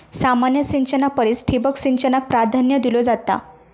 सामान्य सिंचना परिस ठिबक सिंचनाक प्राधान्य दिलो जाता